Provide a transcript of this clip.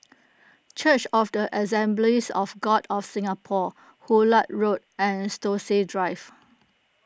Church of the Assemblies of God of Singapore Hullet Road and Stokesay Drive